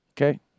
Okay